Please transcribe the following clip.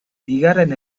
bigarren